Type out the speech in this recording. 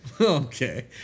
Okay